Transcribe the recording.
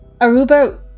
Aruba